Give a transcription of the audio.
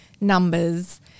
numbers –